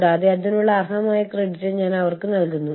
firm Zന്റെ പ്രവർത്തനത്തിന് സംഭാവന നൽകുന്നു